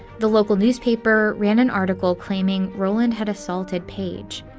the local newspaper ran an article claiming rowland had assaulted page.